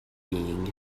being